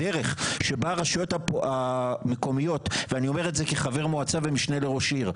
הדרך שבה הרשויות המקומיות ואני אומר את זה כחבר מועצה ומשנה לראש עיר,